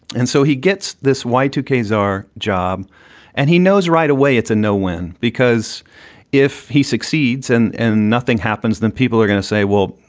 and so he gets this y two k czar job and he knows right away it's a no win, because if he succeeds and and nothing happens, then people are gonna say, well,